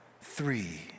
three